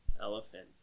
elephant